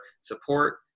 support